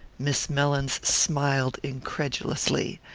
miss mellins smiled incredulously.